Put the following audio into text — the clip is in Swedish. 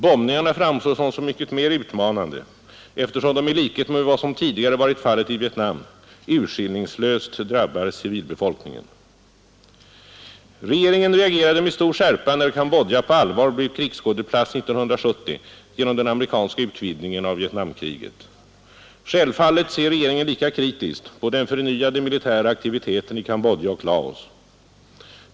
Bombningarna framstår som så mycket mer utmanande eftersom de i likhet med vad som tidigare varit fallet i Vietnam urskillningslöst drabbar civilbefolkningen. Regeringen reagerade med stor skärpa när Cambodja på allvar blev krigsskådeplats 1970 genom den amerikanska utvidgningen av Vietnamkriget. Självfallet ser regeringen lika kritiskt på den förnyade militära aktiviteten i Cambodja och Laos.